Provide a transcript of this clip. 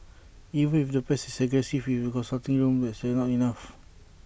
even if the pet is aggressive in the consulting room that's not enough